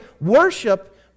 worship